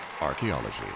Archaeology